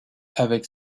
avec